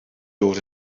dod